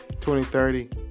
2030